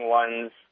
one's